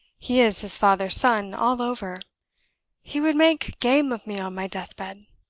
he is his father's son all over he would make game of me on my death-bed.